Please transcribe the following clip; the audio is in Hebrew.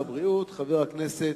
233, 252,